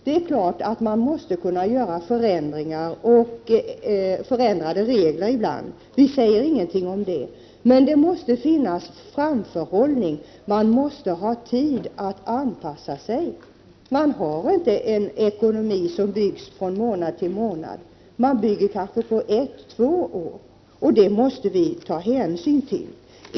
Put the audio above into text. Det är klart att man måste förändra reglerna ibland — vi säger ingenting om det — men det måste finnas framförhållning, man måste ha tid att anpassa sig. Man har inte en ekonomi som byggs från månad till månad. Man bygger kanske på ett eller två år, och det måste vi ta hänsyn till.